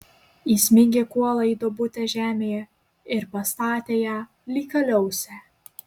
įsmeigė kuolą į duobutę žemėje ir pastatė ją lyg kaliausę